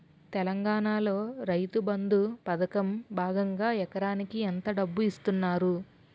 తెలంగాణలో రైతుబంధు పథకం భాగంగా ఎకరానికి ఎంత డబ్బు ఇస్తున్నారు?